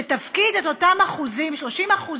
שתפקיד את אותם אחוזים, 30%,